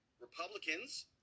republicans